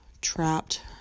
trapped